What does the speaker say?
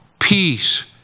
peace